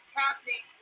happening